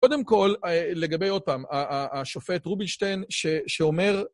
קודם כל, לגבי, עוד פעם, השופט רובינשטיין, שאומר...